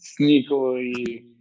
sneakily